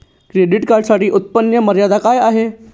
Credit कार्डसाठी उत्त्पन्न मर्यादा काय आहे?